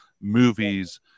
movies